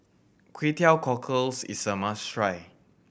Kway Teow Cockles is a must try